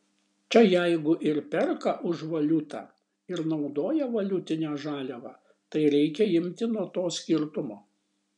čia jeigu ir perka už valiutą ir naudoja valiutinę žaliavą tai reikia imti nuo to skirtumo